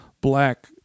Black